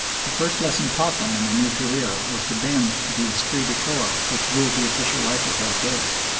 the first lesson taught them in their new career was to bend to the esprit de corps which ruled the official life of those days,